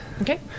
Okay